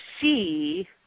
see